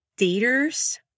daters